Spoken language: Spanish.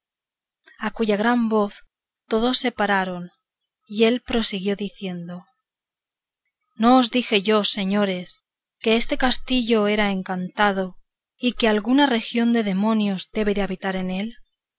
a cuya gran voz todos se pararon y él prosiguió diciendo no os dije yo señores que este castillo era encantado y que alguna región de demonios debe de habitar en él